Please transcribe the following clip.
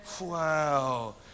Wow